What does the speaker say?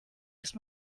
ist